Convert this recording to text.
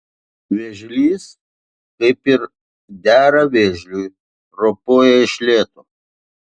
vėžlys kaip ir dera vėžliui ropojo iš lėto